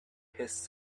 his